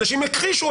אנשים הכחישו,